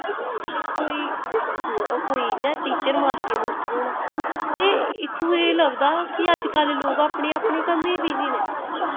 ते कोई कोई इ'यां टीचर मास्टर मूस्टर होना ते इत्थु एह् लब्भदा कि अजकल्ल लोग अपने अपने कम्मे च बिजी नै